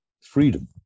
freedom